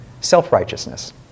self-righteousness